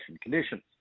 conditions